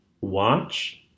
Watch